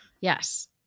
Yes